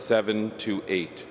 seven two eight